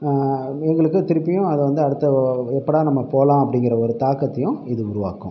எங்களுக்கு திருப்பியும் அதை வந்து அடுத்த எப்போடா நம்ம போகலாம் அப்படிங்கிற ஒரு தாக்கத்தையும் இது உருவாக்கும்